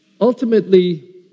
Ultimately